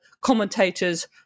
commentators